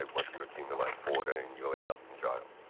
once you accumulate fourteen you'll end up in jail.